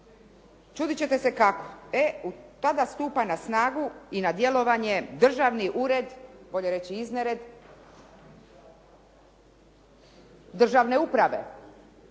Čuditi ćete se kako. E tada stupa na snagu i na djelovanje državni ured, bolje reći iznered državne uprave,